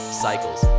cycles